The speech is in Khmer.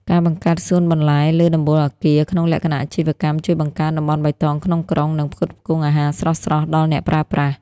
ការបង្កើតសួនបន្លែលើដំបូលអគារ ក្នុងលក្ខណៈអាជីវកម្ម ជួយបង្កើនតំបន់បៃតងក្នុងក្រុង និងផ្គត់ផ្គង់អាហារស្រស់ៗដល់អ្នកប្រើប្រាស់។